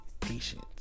patient